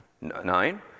Nine